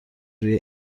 روی